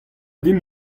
deomp